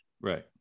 Right